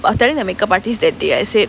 I was telling the make-up artist that day I said